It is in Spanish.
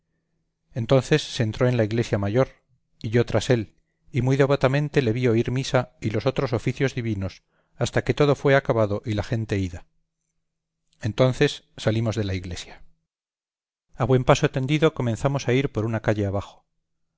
entonces se entró en la iglesia mayor y yo tras él y muy devotamente le vi oír misa y los otros oficios divinos hasta que todo fue acabado y la gente ida entonces salimos de la iglesia a buen paso tendido comenzamos a ir por una calle abajo